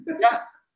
Yes